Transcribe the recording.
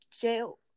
jail